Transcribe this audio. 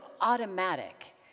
automatic